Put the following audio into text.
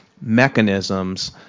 mechanisms